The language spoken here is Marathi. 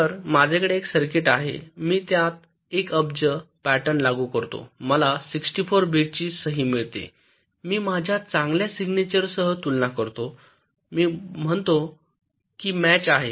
तर माझ्याकडे एक सर्किट आहे मी त्यात 1 अब्ज पॅटर्न लागू करतो मला 64 बिट्सची सही मिळते मी माझ्या चांगलया सिग्नेचर सह तुलना करतो मी म्हणतो की मॅच आहे